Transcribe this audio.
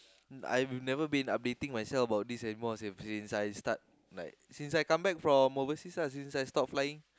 I will never been updating myself about this anymore seh start like since I come back from overseas lah since I stop flying